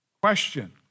Question